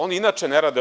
Oni inače ne rade.